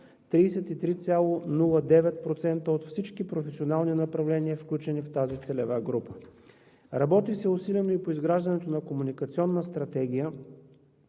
33,09% от всички професионални направления, включени в тази целева група. Работи се усилено и по изграждането на комуникационна стратегия,